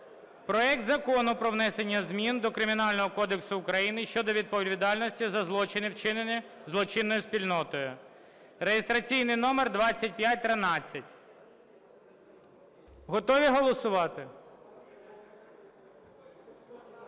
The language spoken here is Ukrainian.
проект Закону про внесення змін до Кримінального кодексу України щодо відповідальності за злочини, вчинені злочинною спільнотою (реєстраційний номер 2513). Готові голосувати?